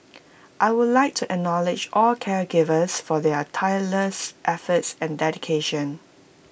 I would like to acknowledge all caregivers for their tireless efforts and dedication